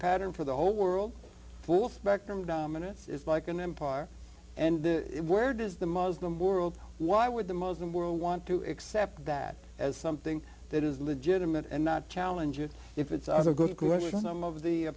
pattern for the whole world full spectrum dominance it's like an empire and where does the muslim world why would the muslim world want to accept that as something that is legitimate and not challenge it if it's a good question some of the